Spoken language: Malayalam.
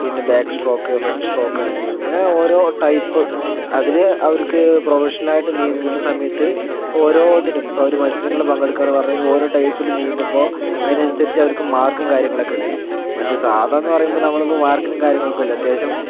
പിന്നെ ബാക്ക് സ്ട്രോക്ക് ഫ്രണ്ട് സ്ട്രോക്ക് അങ്ങനെ ഓരോ ടൈപ്പ് അതിൽ അവർക്ക് പ്രൊഫഷണലായിട്ട് നീന്തുന്ന സമയത്ത് ഓരോന്നിനും ഇപ്പോൾ ഒരു മത്സരങ്ങളിൽ പങ്കെടുക്കുകയാണെന്ന് പറയുമ്പോൾ ഓരോ ടൈപ്പിൽ നീന്തുമ്പോൾ അതിനനുസരിച്ച് അവർക്ക് മാർക്കും കാര്യങ്ങളുമൊക്കെയുണ്ട് മറ്റേ സാധായെന്ന് പറയുമ്പോൾ നമ്മൾ മാർക്കിനും കാര്യങ്ങൾക്കും അല്ല അത്യാവശ്യം